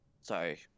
sorry